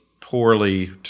poorly